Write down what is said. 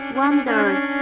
wondered